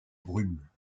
brumes